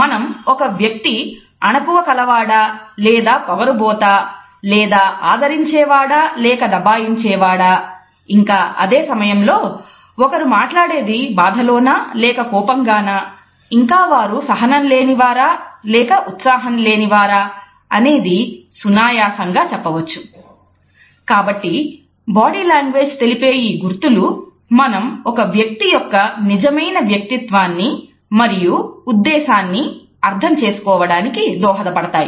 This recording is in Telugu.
మనం ఒక వ్యక్తి అణకువ కలవాడా లేక పొగరుబోతా లేదా ఆదరించేవాడా లేక దబాయించేవాడా ఇంకా అదే సమయంలో ఒకరు మాట్లాడేది బాధలో నా లేక కోపంగానా ఇంకా వారు సహనం లేని వారా లేక ఉత్సాహం లేని వారా అనేది సునాయాసంగా కాబట్టి బాడీ లాంగ్వేజ్ తెలిపే ఈ గుర్తులు మనం ఒక వ్యక్తి యొక్క నిజమైన వ్యక్తిత్వాన్ని మరియు ఉద్దేశాన్ని అర్థం చేసుకోవడానికి దోహదపడతాయి